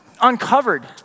uncovered